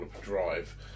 drive